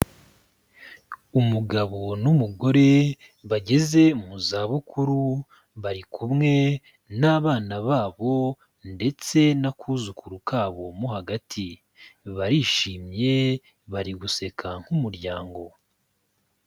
Umugabo n'umugore, bageze mu zabukuru, bari kumwe n'abana babo ndetse n'akuzukuru kabo mo hagati. Barishimye, bari guseka nk'umuryango.